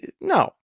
No